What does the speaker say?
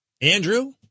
Andrew